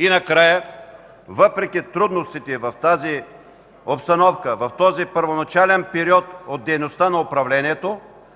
Накрая, въпреки трудностите в тази обстановка, в този първоначален период от дейността на управлението,